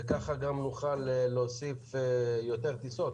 וכך גם נוכל להוסיף יותר טיסות,